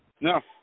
No